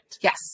Yes